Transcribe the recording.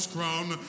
crown